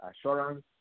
assurance